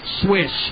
Swish